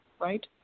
right